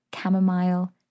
chamomile